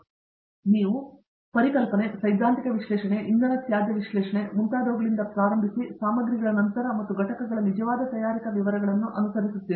ಆದ್ದರಿಂದ ನೀವು ಪರಿಕಲ್ಪನೆ ಸೈದ್ಧಾಂತಿಕ ವಿಶ್ಲೇಷಣೆ ಇಂಧನ ತ್ಯಾಜ್ಯ ವಿಶ್ಲೇಷಣೆ ಮತ್ತು ಮುಂತಾದವುಗಳಿಂದ ಪ್ರಾರಂಭಿಸಿ ಸಾಮಗ್ರಿಗಳ ನಂತರ ಮತ್ತು ಘಟಕಗಳ ನಿಜವಾದ ತಯಾರಿಕಾ ವಿವರಗಳನ್ನು ಅನುಸರಿಸುತ್ತೀರಿ